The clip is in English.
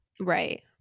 right